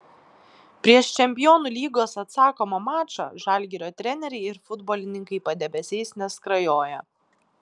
prieš čempionų lygos atsakomą mačą žalgirio treneriai ir futbolininkai padebesiais neskrajoja